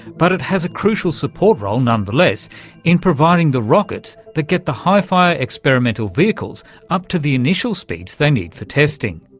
but it has a crucial support role none-the-less in providing the rockets that get the hifire experimental vehicles up to the initial speeds they need for testing.